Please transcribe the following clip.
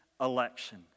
election